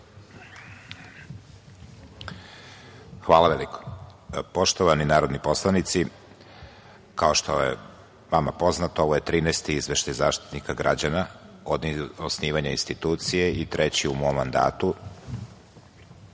Hvala veliko. Poštovani narodni poslanici, kao što je vama poznato ovo je 13. izveštaj Zaštitnika građana od osnivanja institucije i treći u mom mandatu,